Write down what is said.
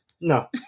No